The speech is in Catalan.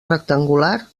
rectangular